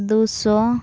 ᱫᱩ ᱥᱚ